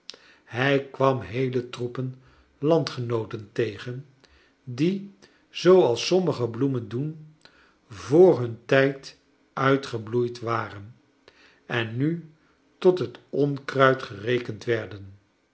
hij kwam heele troepen landgenooten tegen die zooals sommige bloemen doen voor hun tijd uitgebloeid waxen en nu tot het onkruid gerekend werden